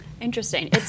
Interesting